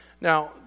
Now